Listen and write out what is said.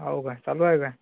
हो काय चालू आहे काय